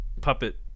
puppet